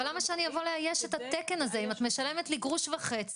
למה שאני אבוא לאייש את התקן הזה אם את משלמת לי גרוש וחצי,